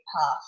path